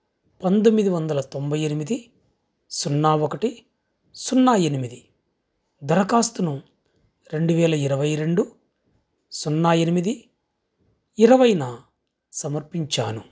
పంతొమ్మిది వందల తొంభై ఎనిమిది సున్నా ఒకటి సున్నా ఎనిమిది దరఖాస్తును రెండు వేల ఇరవై రెండు సున్నా ఎనిమిది ఇరవైన సమర్పించాను